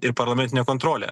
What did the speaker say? ir parlamentinę kontrolę